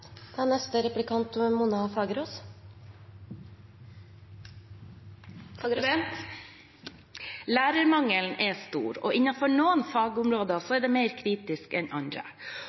Lærermangelen er stor, og innenfor noen fagområder er den mer kritisk enn på andre.